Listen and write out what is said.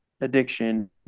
addiction